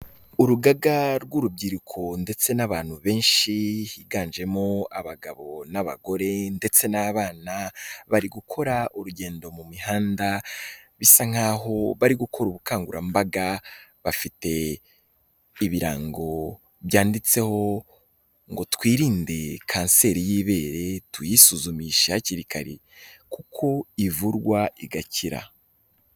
Urugaga rw'urubyiruko ndetse n'abantu benshi higanjemo abagabo n'abagore ndetse n'abana, bari gukora urugendo mu mihanda, bisa nkaho bari gukora ubukangurambaga, bafite ibirango byanditseho ngo twirinde kanseri y'ibere, tuyisuzumishe hakiri kare kuko ivurwa igakira.